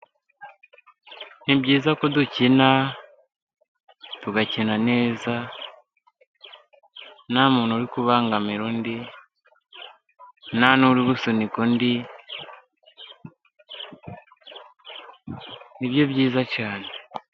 Ni byiza ko dukina, tugakina neza, nta muntu uri kubangamira undi, nta nuri gusunika undi. Ni byo byiza cyane.